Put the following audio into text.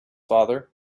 father